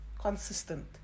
consistent